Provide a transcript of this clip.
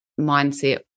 mindset